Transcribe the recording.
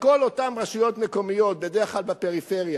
לכל אותן רשויות מקומיות, בדרך כלל בפריפריה,